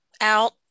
out